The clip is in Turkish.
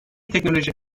teknoloji